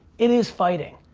it is fighting,